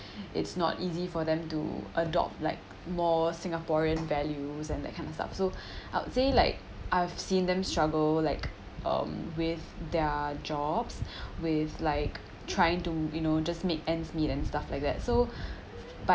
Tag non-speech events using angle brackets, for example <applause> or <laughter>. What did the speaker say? it's not easy for them to adopt like more singaporean values and that kind of stuff so <breath> I would say like I've seen them struggle like um with their jobs <breath> with like trying to you know just make ends meet and stuff like that so by